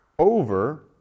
over